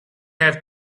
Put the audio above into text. have